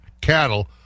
cattle